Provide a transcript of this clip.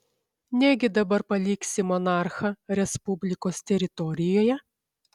negi dabar paliksi monarchą respublikos teritorijoje